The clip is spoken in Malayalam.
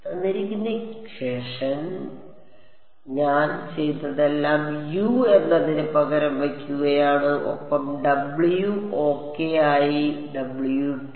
അതിനാൽ ഞാൻ ചെയ്തതെല്ലാം U എന്നതിന് പകരം വയ്ക്കുകയാണ് ഒപ്പം w ഓകെ ആയി w ഇട്ടു